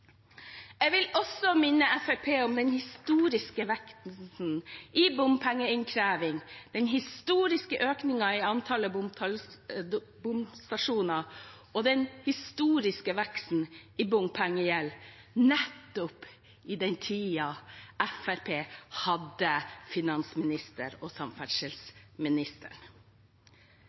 Jeg vil også minne Fremskrittspartiet om den historiske veksten i bompengeinnkreving, den historiske økningen i antallet bomstasjoner og den historiske veksten i bompengegjeld nettopp i den tiden Fremskrittspartiet hadde finansministeren og samferdselsministeren.